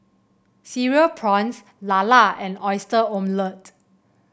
Cereal Prawns lala and Oyster Omelette